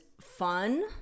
fun